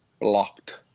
Blocked